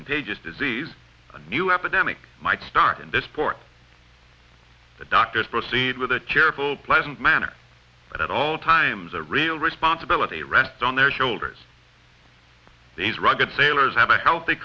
contagious disease a new epidemic might start in this port the doctors proceed with a cheerful pleasant manner but at all times a real responsibility rests on their shoulders these rugged sailors have a healthy